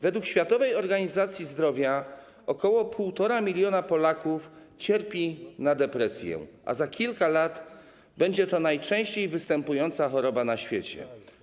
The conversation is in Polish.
Według Światowej Organizacji Zdrowia ok. 1,5 mln Polaków cierpi na depresję, a za kilka lat będzie to najczęściej występująca choroba na świecie.